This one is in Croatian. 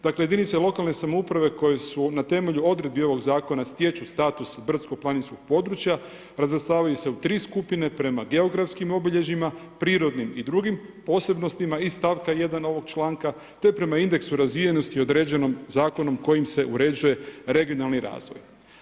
Dakle jedinice lokalne samouprave koje na temelju odredbi ovog zakona stječu status brdsko-planinskog područja, razvrstavaju se u tri skupine, prema geografskim obilježjima, prirodnim i drugim posebnostima iz stavka 1. ovog članka te prema indeksu razvijenosti određenom zakonom kojim se uređuje regionalni razvoj.